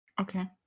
Okay